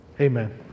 Amen